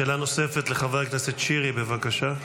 שאלה נוספת, לחבר הכנסת שירי, בבקשה.